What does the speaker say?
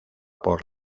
por